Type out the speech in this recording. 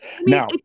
Now